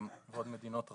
ועוד מדינות רבות.